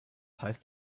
heißt